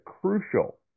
crucial